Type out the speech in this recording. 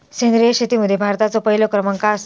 सेंद्रिय शेतीमध्ये भारताचो पहिलो क्रमांक आसा